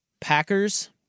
Packers